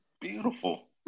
Beautiful